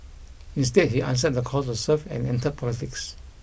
instead he answered the call to serve and entered politics